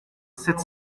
sept